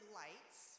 lights